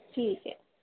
ٹھیک ہے